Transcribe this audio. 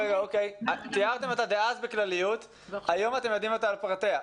תיארתם אותה בכלליות והיום אתם בקיאים בה לפרטיה.